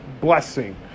blessing